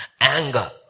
anger